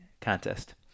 contest